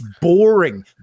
boring